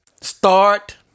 Start